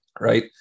right